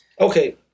Okay